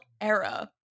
era